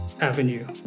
avenue